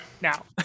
Now